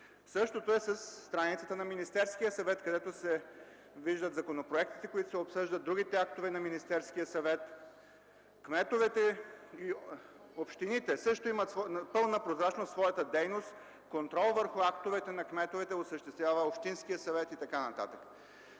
Същото е със страницата на Министерския съвет, където се виждат законопроектите, които се обсъждат, другите актове на Министерския съвет. Кметовете и общините също имат пълна прозрачност в своята дейност. Контрол върху актовете на кметовете осъществява общинският съвет и т.н.